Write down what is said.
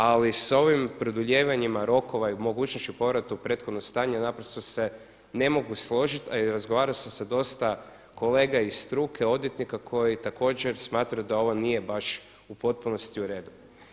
Ali sa ovim produljivanjima rokova i mogućnošću povrata u prethodno stanje naprosto se ne mogu složiti, a i razgovarao sam sa dosta kolega iz struke odvjetnika koji također smatraju da ovo nije baš u potpunosti u redu.